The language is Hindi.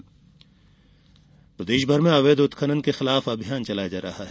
अवैध उत्खनन प्रदेशभर में अवैध उत्खनन के खिलाफ अभियान चलाया जा रहा है